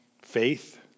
faith